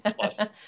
plus